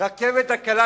הרכבת הקלה,